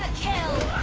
kill